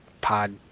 pod